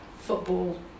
football